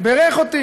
ובירך אותי